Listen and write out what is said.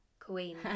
Queen